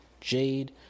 Jade